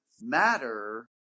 matter